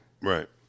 Right